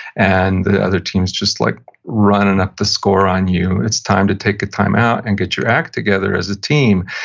and the other team's just like running up the score on you, it's time to take a time-out, and get your act together as a team,